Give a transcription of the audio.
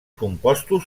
compostos